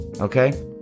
Okay